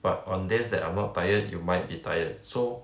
but on days that I'm not tired you might be tired so